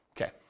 okay